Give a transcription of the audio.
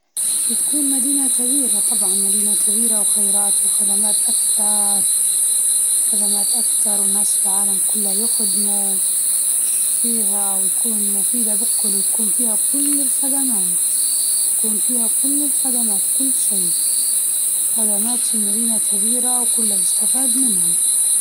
مدينة كبيرة، نحبو نكون بين الناس ونشوفو الحركة والحياة المستمرة، القرية حلوة للراحة يوم، يومين، ثلاثة، بس العيشة فيها دايمة شوية مملة يعني.